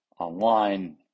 online